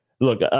Look